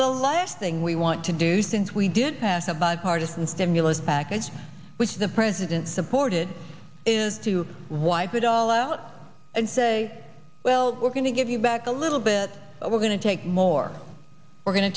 the last thing we want to do since we did pass a bipartisan stimulus package which the president supported is to wipe it all out and say well we're going to give you back a little bit but we're going to take more we're go